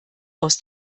aus